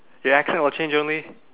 your accent will change only